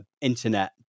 internet